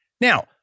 Now